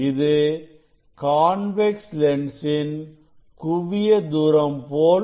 இது கான்வெக்ஸ் லென்ஸின் குவிய தூரம் போல் உள்ளது